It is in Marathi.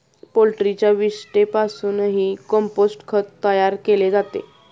पोल्ट्रीच्या विष्ठेपासूनही कंपोस्ट खत तयार केले जाते